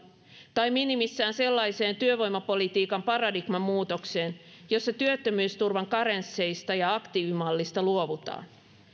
tai minimissään sellaiseen työvoimapolitiikan paradigman muutokseen jossa työttömyysturvan karensseista ja aktiivimallista luovutaan